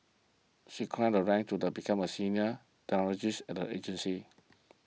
she climbed the ranks to the become a senior technologist at the agency